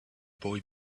boy